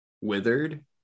withered